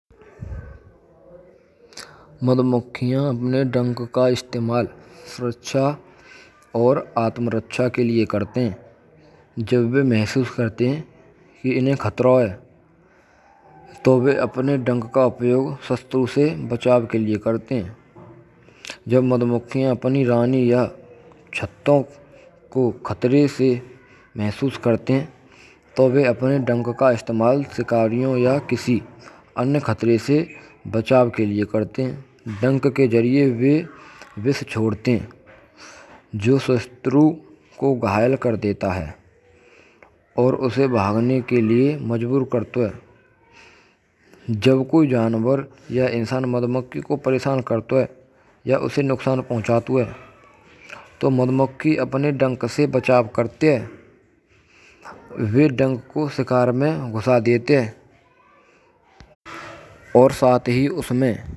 Madhumakkhiyaan apane dank ka istemal suraksha aur aatmaraksha ke lie karate hain. Jab ve mahasus karate hain. Ki unhen khataro hai to vaah apane dhaank ka upaay satru se bachaav ke lie karate hain. Jab madhumakkhiyaan apane rani yah chatto ko khatare se mahasus karate hain. To ve apane daank ka istamaal sikariyo ya kisee anya khatare se bachaav ke lie karate hain. Daank ke jaariye vish chhodate hain. Jo satru ko ghaayal kar deta hai. Aur use bhagne ke lie majaboor karto hay. Jab koi janwar ya insan madhumakkhi ko preshan krto hay ya usee nuksan phuchata hay. To madhumakkhi apne daank se bchav karte hein. Ve daank ko sikaar mai fsa deyte hay. Aur sath hi usme.